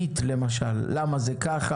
ריבית למשל, למה זה ככה?